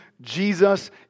Jesus